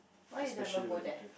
why you never go there